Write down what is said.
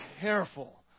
careful